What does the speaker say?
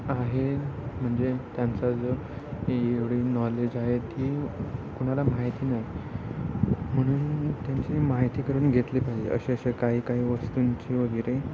आहे म्हणजे त्यांचा जो एवढी नॉलेज आहे ती कुणाला माहिती नाही म्हणून त्यांची माहिती करून घेतली पाहिजे असे असे काही काही वस्तूंची वगैरे